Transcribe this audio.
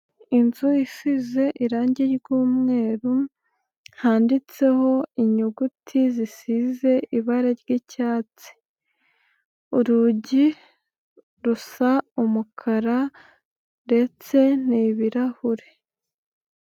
Inzu isize irangi ry'umweru handitseho inyuguti zisize ibara ry'icyatsi, urugi rusa umukara ndetse ni ibirahure.